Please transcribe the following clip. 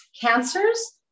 cancers